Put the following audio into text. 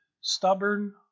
stubborn